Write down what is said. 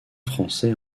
français